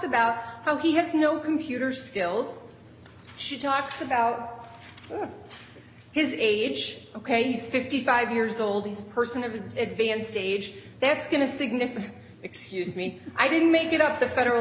about how he has no computer skills she talks about his age ok he's fifty five years old this person of his advanced age that's going to significant excuse me i didn't make it up the federal